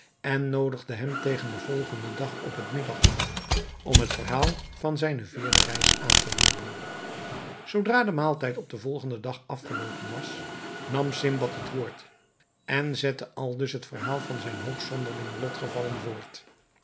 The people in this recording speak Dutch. en noodigde hem tegen den volgenden dag op het middagmaal om het verhaal van zijne vierde reis aan te hooren zoodra de maaltijd op den volgenden dag afgeloopen was nam sindbad het woord en zette aldus het verhaal van zijne hoogst zonderlinge lotgevallen voort